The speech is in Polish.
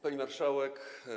Pani Marszałek!